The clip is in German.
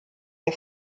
der